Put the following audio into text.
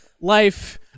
life